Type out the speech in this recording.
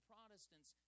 Protestants